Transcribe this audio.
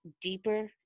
deeper